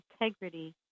integrity